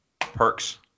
perks